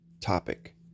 topic